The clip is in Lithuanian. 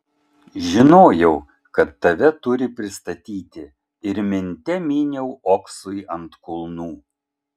žinojau kad tave turi pristatyti ir minte myniau oksui ant kulnų